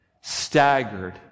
staggered